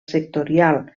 sectorial